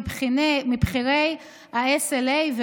מבכירי ה-SLA,